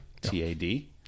T-A-D